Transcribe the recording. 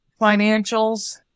financials